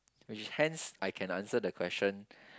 which is hence I can answer the question